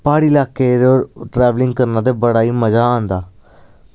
प्हाड़ी इलाके ट्रैवेलिंग करना ते बड़ा ही मजा आंदा